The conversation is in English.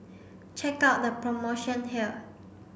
check out the promotion here